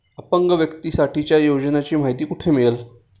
अपंग व्यक्तीसाठीच्या योजनांची माहिती कुठे मिळेल?